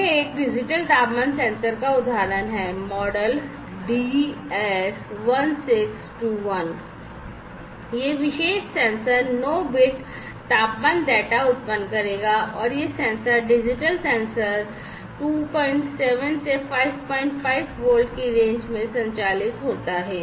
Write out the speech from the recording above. यह एक डिजिटल तापमान सेंसर का एक उदाहरण है मॉडल DS1621 है और यह विशेष सेंसर 9 bits तापमान डेटा उत्पन्न करेगा और यह सेंसर डिजिटल सेंसर 27 से 55 वोल्ट की रेंज में संचालित होता है